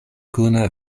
kune